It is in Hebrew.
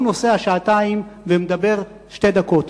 ההוא נוסע שעתיים ומדבר שתי דקות.